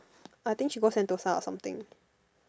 I think she go Sentosa or something